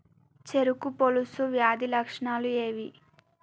చెరుకు పొలుసు వ్యాధి లక్షణాలు ఏవి?